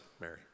Mary